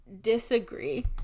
disagree